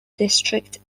district